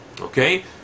Okay